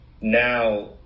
now